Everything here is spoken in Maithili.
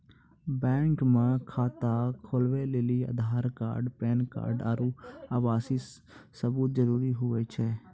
बैंक मे खाता खोलबै लेली आधार कार्ड पैन कार्ड आरू आवासीय सबूत जरुरी हुवै छै